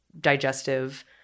digestive –